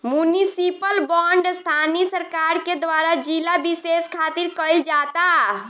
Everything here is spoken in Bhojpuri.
मुनिसिपल बॉन्ड स्थानीय सरकार के द्वारा जिला बिशेष खातिर कईल जाता